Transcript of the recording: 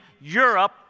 Europe